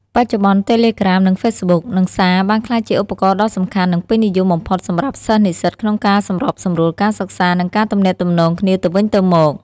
បច្ចុប្បន្ន តេឡេក្រាម និង ហ្វេសបុក និង សារ បានក្លាយជាឧបករណ៍ដ៏សំខាន់ និងពេញនិយមបំផុតសម្រាប់សិស្សនិស្សិតក្នុងការសម្របសម្រួលការសិក្សា និងការទំនាក់ទំនងគ្នាទៅវិញទៅមក។